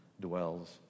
dwells